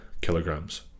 kilograms